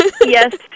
Yes